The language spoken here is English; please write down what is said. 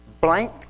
blank